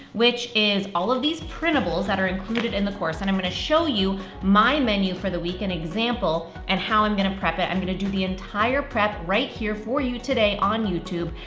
which is all of these printables that are included in the course, and i'm gonna show you my menu for the week, an example, and how i'm gonna prep it. i'm gonna do the entire prep right here for you today on youtube,